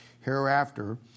Hereafter